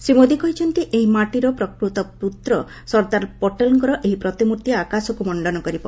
ଶ୍ରୀ ମୋଦି କହିଛନ୍ତି ଏହି ମାଟିର ପ୍ରକୃତ ପୁତ୍ର ସର୍ଦ୍ଦାର ପଟେଲ୍ଙ୍କ ଏହି ପ୍ରତିମ୍ଭି ଆକାଶକୁ ମଣ୍ଡନ କରିବ